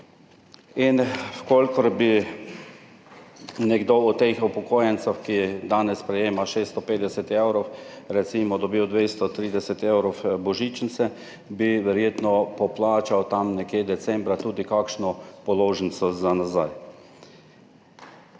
In če bi nekdo od teh upokojencev, ki danes prejema 650 evrov, recimo dobil 230 evrov božičnice, bi verjetno poplačal tam nekje decembra tudi kakšno položnico za nazaj.